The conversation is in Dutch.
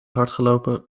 hardgelopen